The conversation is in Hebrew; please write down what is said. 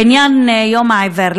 בעניין יום העיוור,